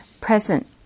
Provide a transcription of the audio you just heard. present